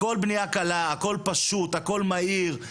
הכל בנייה קלה, הכל פשוט, הכל מהיר.